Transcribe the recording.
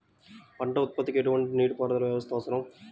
పంట ఉత్పత్తికి ఎటువంటి నీటిపారుదల వ్యవస్థ అవసరం?